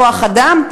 כוח-אדם?